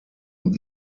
und